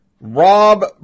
Rob